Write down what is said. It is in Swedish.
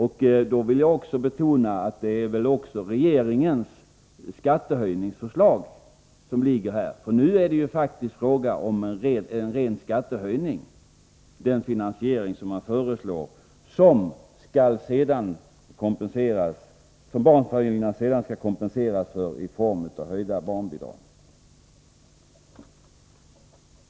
Då vill jag också betona att det även är regeringens skattehöjningsförslag. Nu innebär faktiskt den finansiering som regeringen föreslår en ren skattehöjning. Den skall barnfamiljerna sedan kompenseras för i form av höjda barnbidrag.